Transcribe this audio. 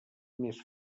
més